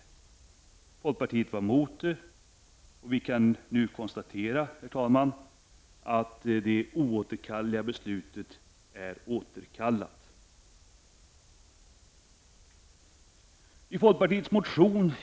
Folkpartiet var emot detta, och vi kan nu konstatera att det oåterkalleliga beslutet är återkallat.